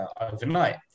overnight